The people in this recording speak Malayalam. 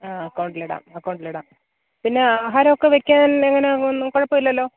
ആ അക്കൗണ്ടിലിടാം അക്കൗണ്ടിലിടാം പിന്നെ ആഹാരമൊക്കെ വെക്കാന് എങ്ങനെയാ ഒന്നും കുഴപ്പമില്ലല്ലോ